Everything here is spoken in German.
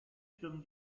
stimmen